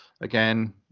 Again